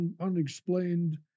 unexplained